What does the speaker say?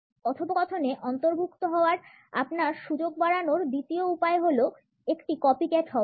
কথোপকথনে অন্তর্ভুক্ত হওয়ার আপনার সুযোগ বাড়ানোর দ্বিতীয় উপায় হল একটি কপিক্যাট হওয়া